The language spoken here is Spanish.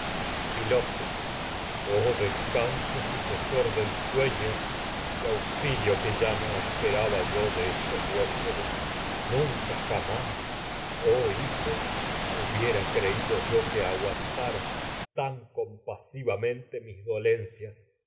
filoctetes oh descanso sucesor del sueño y au xilio que ya no esperaba yo de estos huéspedes nun ca jamás oh hijo hubiera creído yo que aguantaras tan compasivamente nunca mis dolencias